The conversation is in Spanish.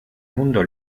mundo